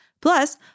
Plus